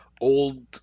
old